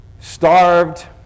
starved